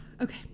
Okay